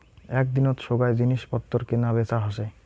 এক দিনত সোগায় জিনিস পত্তর কেনা বেচা হসে